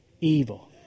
evil